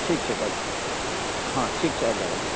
ठीक छै तब हँ ठीक छै आबि जाएब अहाँ